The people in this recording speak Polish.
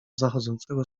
zachodzącego